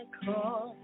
call